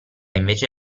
invece